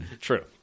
True